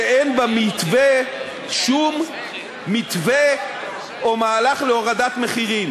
שאין במתווה שום מתווה או מהלך להורדת מחירים.